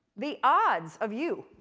the odds of you,